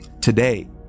Today